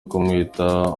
kumwita